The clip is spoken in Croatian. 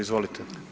Izvolite.